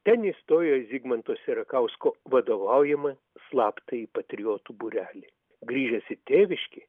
ten įstojo į zigmanto sierakausko vadovaujamą slaptąjį patriotų būrelį grįžęs į tėviškę